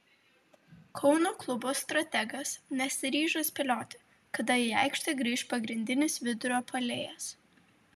kauno klubo strategas nesiryžo spėlioti kada į aikštę grįš pagrindinis vidurio puolėjas